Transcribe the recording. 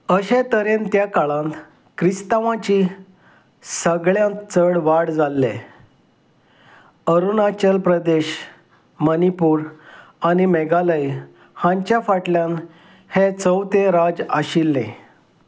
अशे तरेन त्या काळांत क्रिस्तांवांची सगळ्यांत चड वाड जाल्ले अरुणाचल प्रदेश मणीपूर आनी मेघालय हांच्या फाटल्यान हें चवथें राज्य आशिल्लें